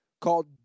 called